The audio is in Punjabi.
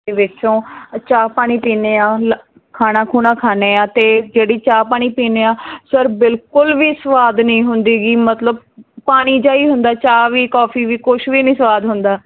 ਦੇ ਵਿੱਚੋਂ ਚਾਹ ਪਾਣੀ ਪੀਂਦੇ ਹਾਂ ਲ ਖਾਣਾ ਖੂਣਾ ਖਾਂਦੇ ਹਾਂ ਅਤੇ ਜਿਹੜੀ ਚਾਹ ਪਾਣੀ ਪੀਂਦੇ ਹਾਂ ਸਰ ਬਿਲਕੁਲ ਵੀ ਸਵਾਦ ਨਹੀਂ ਹੁੰਦੀ ਗੀ ਮਤਲਬ ਪਾਣੀ ਜਿਹਾ ਹੀ ਹੁੰਦਾ ਚਾਹ ਵੀ ਕੌਫੀ ਵੀ ਕੁਛ ਵੀ ਨਹੀਂ ਸਵਾਦ ਹੁੰਦਾ